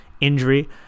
injury